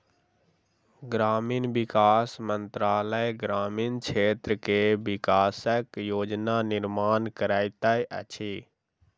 ग्रामीण विकास मंत्रालय ग्रामीण क्षेत्र के विकासक योजना निर्माण करैत अछि